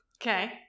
Okay